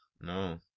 no